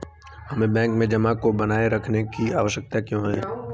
हमें बैंक में जमा को बनाए रखने की आवश्यकता क्यों है?